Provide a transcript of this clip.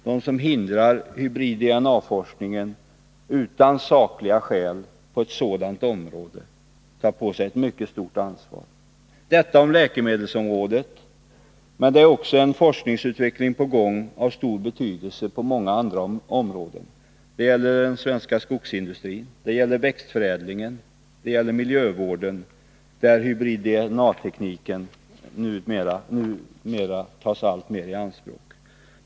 De som hindrar hybrid-DNA-forskningen utan sakliga skäl på ett sådant område tar på sig ett mycket stort ansvar. Detta om läkemedelsområdet. Det är också forskning och utveckling av stor betydelse på gång inom många andra områden. Det gäller den svenska skogsindustrin, växtförädlingen, miljövården, där hybrid-DNA-teknik numera tas alltmer i anspråk.